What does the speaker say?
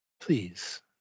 please